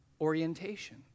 orientation